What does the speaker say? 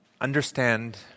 understand